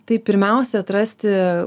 tai pirmiausia atrasti